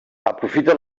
aprofita